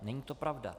Není to pravda.